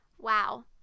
wow